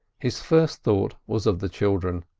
his first thought was of the children,